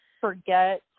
forget